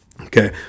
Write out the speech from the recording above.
Okay